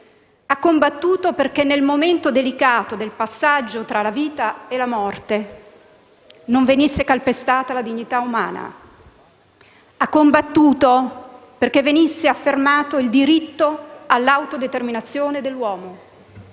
Ha combattuto perché nel momento delicato del passaggio tra la vita e la morte non venisse calpestata la dignità umana. Ha combattuto perché venisse affermato il diritto all'autodeterminazione dell'uomo